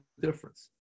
difference